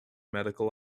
medical